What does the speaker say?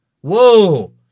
Whoa